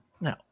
No